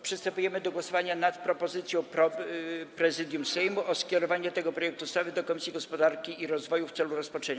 Przystępujemy do głosowania nad propozycją Prezydium Sejmu skierowania tego projektu ustawy do Komisji Gospodarki i Rozwoju w celu rozpatrzenia.